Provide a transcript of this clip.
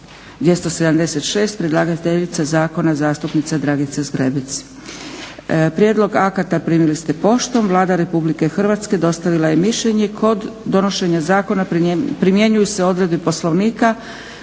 276, predlagateljica zakona zastupnica Dragica Zgrebec Prijedlog akata primili ste poštom. Vlada Republike Hrvatske dostavila je mišljenje. Kod donošenja zakona primjenjuju se odredbe Poslovnika